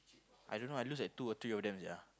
I don't know I lose like two or three of them sia